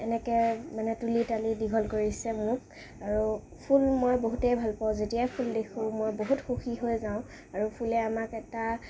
এনেকৈ মানে তুলি তালি দীঘল কৰিছে মোক আৰু ফুল মই বহুতে ভাল পাওঁ যেতিয়াই ফুল দেখোঁ মই বহুত সুখী হৈ যাওঁ আৰু ফুলে আমাক এটা